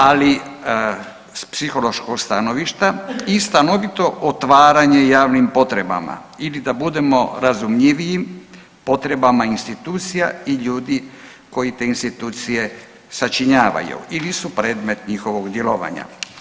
Ali s psihološkoj stanovišta i stanovito otvaranje javnim potrebama, ili da budemo razumljiviji potrebama insinuacija i ljudi koji te institucije sačinjavaju ili su predmet njihovog djelovanja.